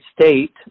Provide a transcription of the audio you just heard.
state